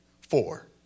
four